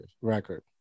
record